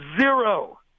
Zero